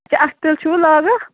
اَتھٕ تِلہٕ چھِو لاگان